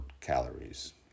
calories